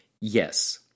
yes